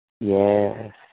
Yes